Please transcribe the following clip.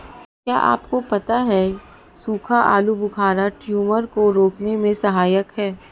क्या आपको पता है सूखा आलूबुखारा ट्यूमर को रोकने में सहायक है?